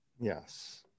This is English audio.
Yes